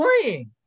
playing